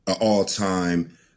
all-time